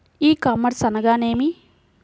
ఈ కామర్స్ అనగానేమి?